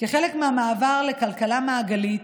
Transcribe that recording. כחלק מהמעבר לכלכלה מעגלית,